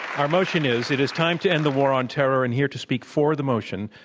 our motion is it is time to end the war on terror, and here to speak for the motion,